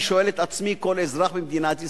אני שואל את עצמי ככל אזרח במדינת ישראל: